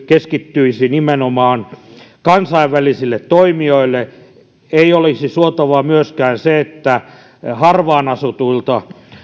keskittyisi nimenomaan kansainvälisille toimijoille ei olisi suotavaa myöskään se että harvaan asutuilta